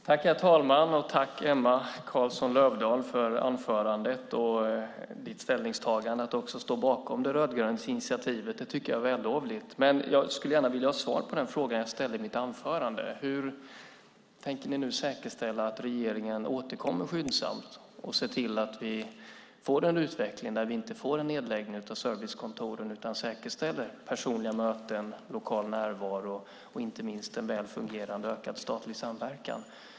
Herr talman! Tack, Emma Carlsson Löfdahl, för anförandet och för ditt ställningstagande att också stå bakom det rödgröna initiativet. Det tycker jag är vällovligt. Men jag skulle gärna vilja ha svar på den fråga jag ställde i mitt anförande: Hur tänker ni nu säkerställa att regeringen skyndsamt återkommer och ser till att vi får en utveckling som inte innebär en nedläggning av servicekontoren utan säkerställer personliga möten, lokal närvaro och inte minst en väl fungerande ökad statligsamverkan?